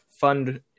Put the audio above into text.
fund